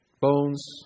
Bones